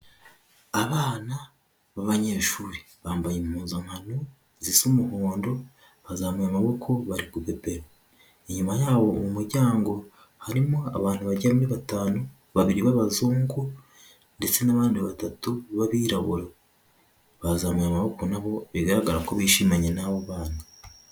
Abana b'abanyeshuri bambaye impuzankano zisa umuhondo bazamuye amaboko bari gupepera, inyuma y' uwo muryango harimo abantu bagera batanu, babiri b'abazungu ndetse n'abandi batatu b'abirabura, bazanyye amaboko nabo bigaragara ko bishimanye n'abo bana.